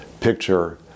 picture